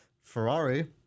Ferrari